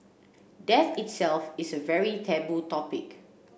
death itself is a very taboo topic